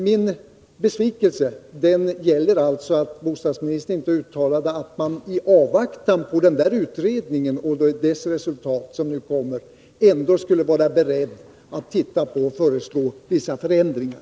Min besvikelse gäller alltså att bostadsministern inte uttalade att man i avvaktan på utredningens resultat ändå skulle vara beredd att föreslå vissa förändringar.